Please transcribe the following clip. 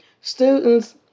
Students